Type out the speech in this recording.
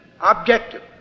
Objective